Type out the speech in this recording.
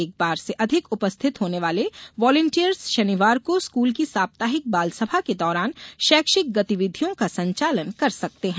एक बार से अधिक उपस्थित होने वाले वॉलेंटियर्स शनिवार को स्कूल की साप्ताहिक बाल सभा के दौरान शैक्षिक गतिविधियों का संचालन कर सकते हैं